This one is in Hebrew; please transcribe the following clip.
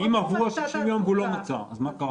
אם עברו 60 הימים והוא לא מצא, אז מה קרה?